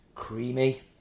Creamy